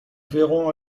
verrons